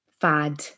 fad